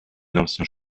l’ancien